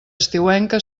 estiuenca